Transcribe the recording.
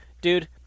dude